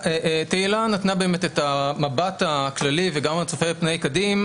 תהילה נתנה את המבט הכללי וגם הצופה פני עתיד,